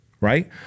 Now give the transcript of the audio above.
right